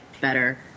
better